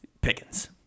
Pickens